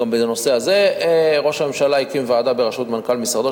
גם בנושא הזה ראש הממשלה הקים ועדה בראשות מנכ"ל משרדו,